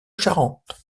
charentes